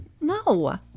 no